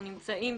אנחנו נמצאים,